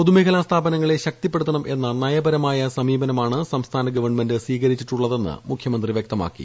പൊതുമേഖലാ സ്ഥാപനങ്ങള ശക്തിപ്പെടുത്തണം എന്ന നയപരമായ സമീപനമാണ് സംസ്ഥാന ഗവൺമെന്റ് സ്വീകരിച്ചിട്ടുള്ളതെന്ന് മുഖ്യമന്ത്രി വൃക്തമാക്കി